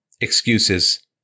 excuses